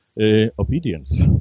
obedience